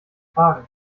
tragen